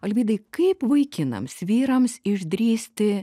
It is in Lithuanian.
alvydai kaip vaikinams vyrams išdrįsti